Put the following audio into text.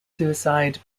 suicide